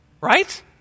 Right